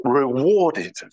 rewarded